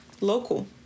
local